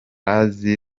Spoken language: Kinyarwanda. azi